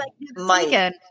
Mike